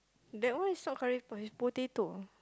that one is not curry puff is potato